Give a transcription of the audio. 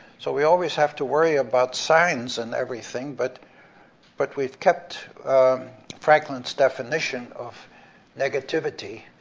so we always have to worry about signs and everything, but but we've kept franklin's definition of negativity.